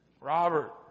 Robert